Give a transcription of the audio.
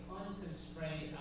unconstrained